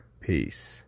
Peace